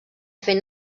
fer